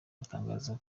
atangaza